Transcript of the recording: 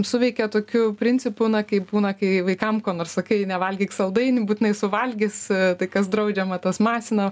suveikė tokiu principu na kaip būna kai vaikam ko nors sakai nevalgyk saldainių būtinai suvalgys tai kas draudžiama tas masina